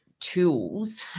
tools